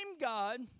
God